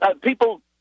People